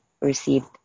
received